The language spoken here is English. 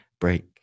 Break